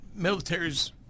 militaries